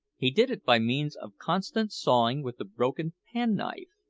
he did it by means of constant sawing with the broken penknife.